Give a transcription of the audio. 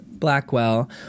Blackwell